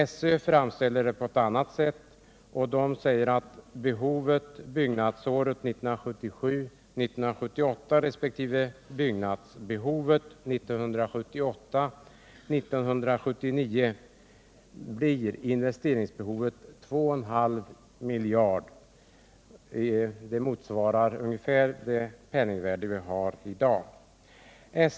SÖ framställer saken på ett annat sätt och säger att byggnadsbehovet för budgetåret 1977 79 motsvarar ett investeringsbehov av 2,5 miljarder kronor enligt nuvarande penningvärde.